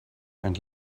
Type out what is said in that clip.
and